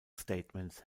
statements